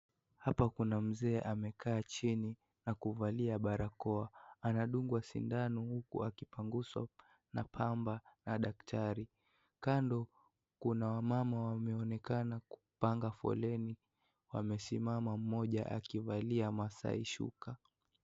Hapa kuna Mzee amekaa chini na kuvalia barakoa anadungwa sindano huku akupanguswa na pamba na daktari kando kuna wamama wameonekana kupanga foleni wamesimama mmoja akivalia maasai shuka.